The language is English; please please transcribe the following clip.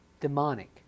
demonic